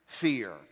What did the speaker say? fear